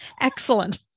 Excellent